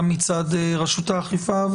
גם מצד רשות האכיפה,